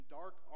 dark